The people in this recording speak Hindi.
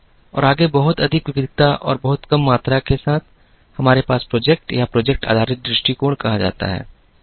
और आगे बहुत अधिक विविधता और बहुत कम मात्रा के साथ हमारे पास प्रोजेक्ट या प्रोजेक्ट आधारित दृष्टिकोण कहा जाता है